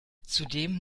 zudem